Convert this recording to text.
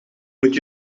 moet